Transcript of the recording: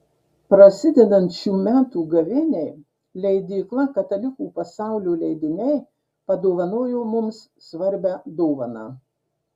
prasidedant šių metų gavėniai leidykla katalikų pasaulio leidiniai padovanojo mums svarbią dovaną